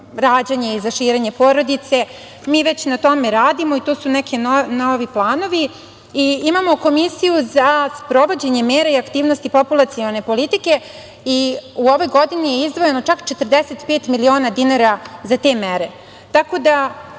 i za širenje porodice, mi već na tome radimo i to su neki novi planovi. Imamo Komisiju za sprovođenja mera i aktivnosti populacione politike i u ovoj godini je izdvojeno čak 45 miliona dinara za te mere,